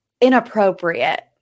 inappropriate